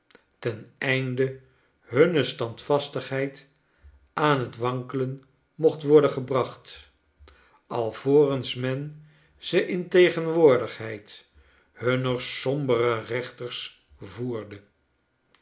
ten einde hunne stand vastigheid aan het wankelenmochtworden gebracht alvorens men ze in de tegen woordigheid hunner sombere rechters voerde